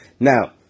Now